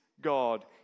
God